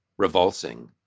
revulsing